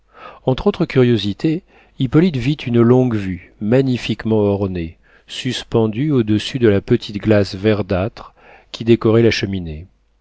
entre autres curiosités hippolyte vit une longue-vue magnifiquement ornée suspendue au-dessus de la petite glace verdâtre qui décorait la cheminée